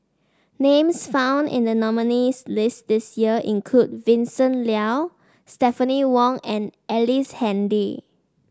names found in the nominees' list this year include Vincent Leow Stephanie Wong and Ellice Handy